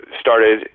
started